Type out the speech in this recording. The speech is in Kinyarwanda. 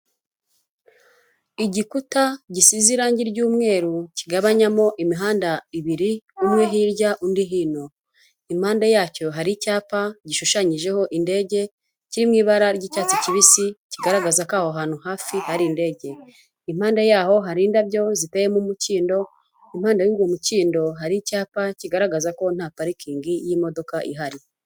Igikuta gisize irangi ry'umweru kigabanyamo imihanda ibiri umwewe hirya undi hino, impande yacyo hari icyapa gishushanyijeho indege kiri mu ibara ry'icyatsi kibisi kigaragaza ko aho hantu hafi hari indege, impande yaho hari indabyo ziteyemo umukindo, impande y'uwo mukindo hari icyapa kigaragaza ko nta parikingi y'imodoka ihari.